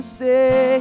say